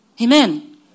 Amen